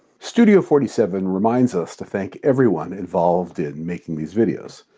studio forty seven reminds us to thank everyone involved in making these videos.